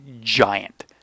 giant